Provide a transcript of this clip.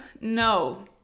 No